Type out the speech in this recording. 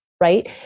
right